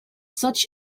such